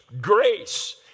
grace